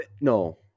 No